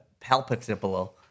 palpitable